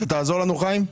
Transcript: תעזור לנו, חיים?